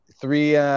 Three